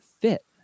fit